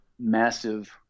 massive